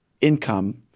income